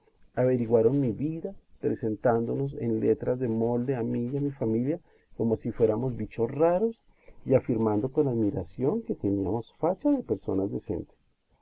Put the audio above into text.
epidemia usted dispense averiguaron mi vida presentándonos en letras de molde a mí y a mi familia como si fuéramos bichos raros y afirmando con admiración que teníamos facha de personas decentes